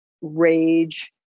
rage